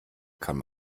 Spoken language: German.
kann